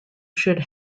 should